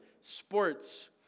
sports